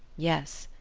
yes,